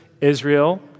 Israel